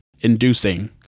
inducing